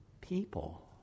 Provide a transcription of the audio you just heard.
people